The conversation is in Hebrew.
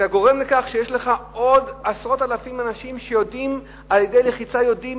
אתה גורם לכך שיש לך עוד עשרות אלפי אנשים שעל-ידי לחיצה יודעים